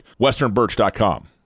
westernbirch.com